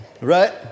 right